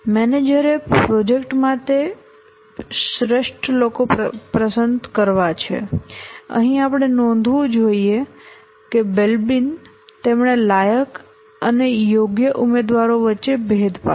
મેનેજરે પ્રોજેક્ટ માટે શ્રેષ્ઠ લોકો પસંદ કરવા છે અહીં આપણે નોંધવું જોઇએ કે બેલ્બિન તેમણે લાયક અને યોગ્ય ઉમેદવારો વચ્ચે ભેદ પાડ્યો